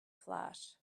flash